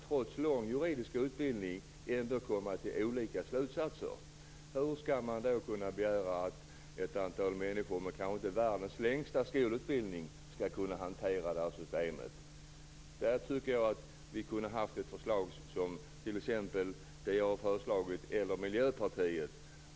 Trots lång juridisk utbildning kan de ändå komma till olika slutsatser. Hur skall man då kunna begära att människor som inte har så lång skolutbildning skall kunna hantera detta system? Man kunde ha antagit mitt eller Miljöpartiets förslag, även om de skiljer sig åt när det gäller summan.